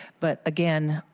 but again,